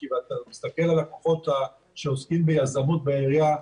כשאתה מסתכל על הכוחות שעוסקים ביזמות בעירייה,